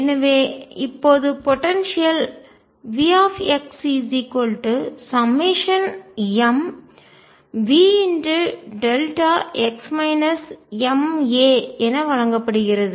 எனவே இப்போது போடன்சியல் ஆற்றல் V mVδ என வழங்கப்படுகிறது